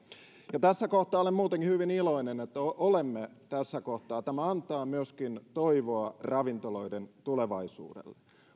tässä kohtaa olen muutenkin hyvin iloinen että olemme tässä kohtaa tämä antaa myöskin toivoa ravintoloiden tulevaisuudelle